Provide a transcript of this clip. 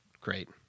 Great